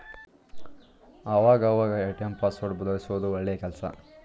ಆವಾಗ ಅವಾಗ ATM password ಬದಲ್ಯಿಸೋದು ಒಳ್ಳೆ ಕೆಲ್ಸ